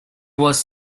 was